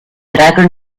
attacker